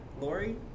Lori